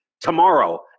tomorrow